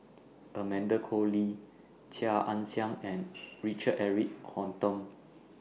Amanda Koe Lee Chia Ann Siang and Richard Eric Holttum